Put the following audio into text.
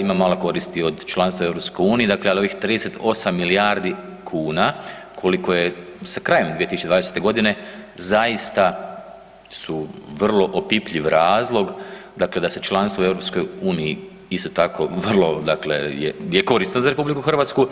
ima malo koristi od članstva u EU, ali ovih 38 milijardi kuna koliko je sa krajem 2020. godine zaista su vrlo opipljiv razlog dakle da se članstvo u EU isto tako vrlo dakle je korisno za RH.